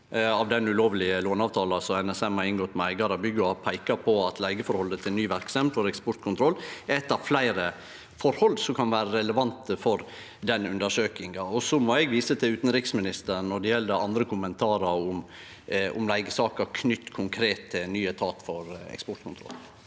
av den ulovlege låneavtala som NSM har inngått med eigar av bygget, og peika på at leigeforholdet til ny verksemd for eksportkontroll er eitt av fleire forhold som kan vere relevante for den undersøkinga. Så må eg vise til utanriksministeren når det gjeld andre kommentarar om leigesaka, knytt konkret til ny etat for eksportkontroll.